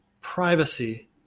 privacy